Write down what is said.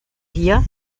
hier